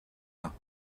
mains